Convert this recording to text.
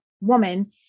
woman